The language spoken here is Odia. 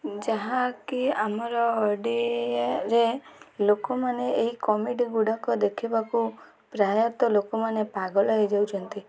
ଯାହାକି ଆମର ଓଡ଼ିଆ ରେ ଲୋକମାନେ ଏହି କମେଡ଼ି ଗୁଡ଼ାକ ଦେଖିବାକୁ ପ୍ରାୟତଃ ଲୋକମାନେ ପାଗଳ ହେଇଯାଉଛନ୍ତି